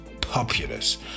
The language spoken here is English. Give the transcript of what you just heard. populace